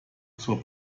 zur